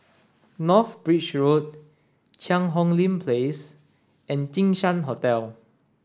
North Bridge Road Cheang Hong Lim Place and Jinshan Hotel